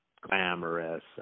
glamorous